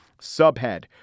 subhead